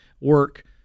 work –